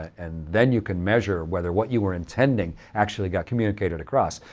and then you can measure whether what you were intending actually got communicated across,